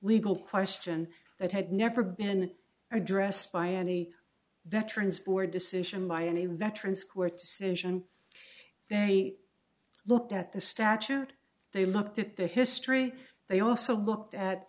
legal question that had never been addressed by any veterans or decision by any veteran square to singe and they looked at the statute they looked at the history they also looked at